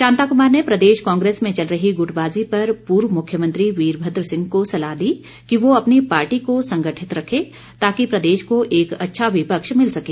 शांता कुमार ने प्रदेश कांग्रेस में चल रही गुटबाजी पर पूर्व मुख्यमंत्री वीरभद्र सिंह को सलाह दी कि वह अपनी पार्टी को संगठित रखे ताकि प्रदेश को एक अच्छा विपक्ष मिल सके